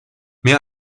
mehr